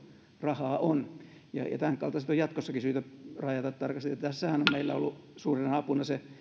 rahaa on tämän kaltaiset on jatkossakin syytä rajata tarkasti ja tässähän on meillä ollut suurena apuna se